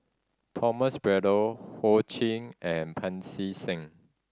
Thomas Braddell Ho Ching and Pancy Seng